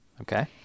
Okay